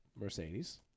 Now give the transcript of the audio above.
Mercedes